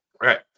Right